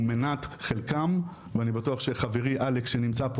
אקום ואלך והחשש הזה הוא מנת חלקם ואני בטוח שחברי אלכס שנמצא פה